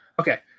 Okay